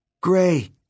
Gray